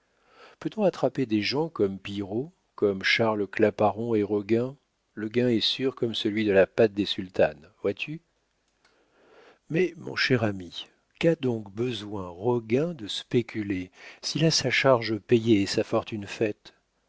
peut-on attraper des gens comme pillerault comme charles claparon et roguin le gain est sûr comme celui de la pâte des sultanes vois-tu mais mon cher ami qu'a donc besoin roguin de spéculer s'il a sa charge payée et sa fortune faite